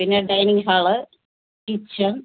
പിന്നെ dining hall kitchen